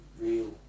real